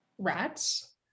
rats